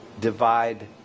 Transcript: divide